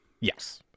Yes